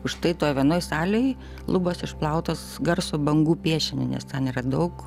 užtai toj vienoj salėj lubos išplautos garso bangų piešiniu nes ten yra daug